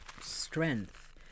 strength